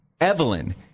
Evelyn